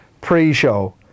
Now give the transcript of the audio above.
pre-show